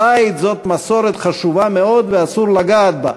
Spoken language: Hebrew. ציד זה מסורת חשובה מאוד ואסור לגעת בה.